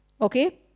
Okay